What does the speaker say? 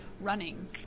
running